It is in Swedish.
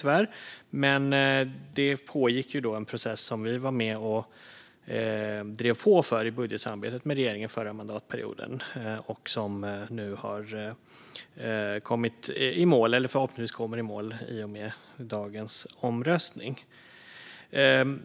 Men det pågick då en process som vi var med och drev på i budgetsamarbetet med regeringen under förra mandatperioden och som nu förhoppningsvis kommer i mål i och med dagens omröstning.